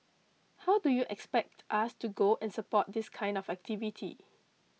how do you expect us to go and support this kind of activity